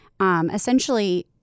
Essentially